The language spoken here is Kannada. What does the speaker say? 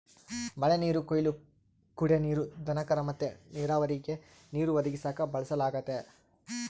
ಮಳೆನೀರು ಕೊಯ್ಲು ಕುಡೇ ನೀರು, ದನಕರ ಮತ್ತೆ ನೀರಾವರಿಗೆ ನೀರು ಒದಗಿಸಾಕ ಬಳಸಲಾಗತತೆ